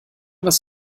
was